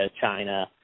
China